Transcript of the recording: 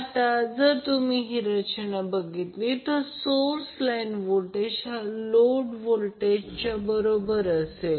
आता जर तुम्ही ही रचना बघितली तर सोर्स लाईन व्होल्टेज हा लोड व्होल्टेजच्या बरोबर असेल